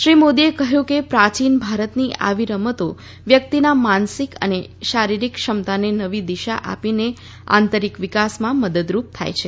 શ્રી મોદીએ કહ્યું કે પ્રાચીન ભારતની આવી રમતો વ્યક્તિના માનસિક અને શારિરીક ક્ષમતાને નવી દિશા આપીને આંતરીક વિકાસમાં મદદરૂપ થાય છે